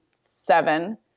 seven